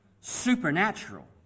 supernatural